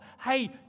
Hey